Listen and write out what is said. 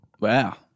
Wow